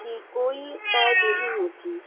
کی کوئی قید نہیں ہوتی